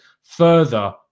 further